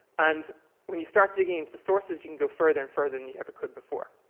and when you start digging into the sources, you can go further and further than you ever could before.